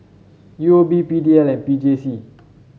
U O B P D L and P J C